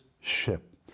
ship